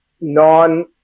non